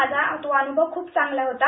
माझा तो अनुभव खूप चांगला होता